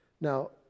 Now